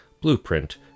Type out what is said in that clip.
Blueprint